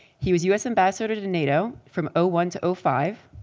he was us ambassador to to nato from ah one to ah five,